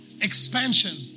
expansion